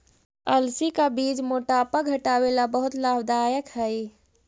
अलसी का बीज मोटापा घटावे ला बहुत लाभदायक हई